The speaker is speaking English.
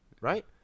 right